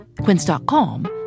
Quince.com